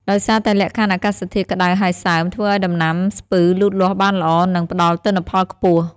ដោយសារតែលក្ខខណ្ឌអាកាសធាតុក្ដៅហើយសើម ធ្វើឱ្យដំណាំស្ពឺលូតលាស់បានល្អ និងផ្ដល់ទិន្នផលខ្ពស់។